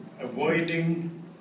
avoiding